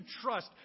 trust